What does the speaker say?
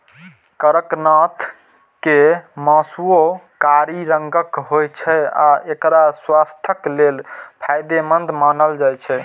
कड़कनाथ के मासुओ कारी रंगक होइ छै आ एकरा स्वास्थ्यक लेल फायदेमंद मानल जाइ छै